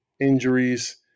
injuries